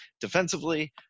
defensively